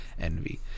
envy